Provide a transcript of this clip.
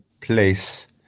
place